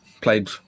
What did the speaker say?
played